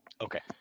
Okay